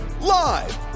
live